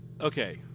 okay